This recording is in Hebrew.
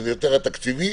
וזה יותר עניין תקציבי,